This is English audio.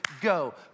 Go